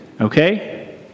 okay